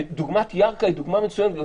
דוגמת ירכא היא דוגמה מצוינת.